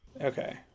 Okay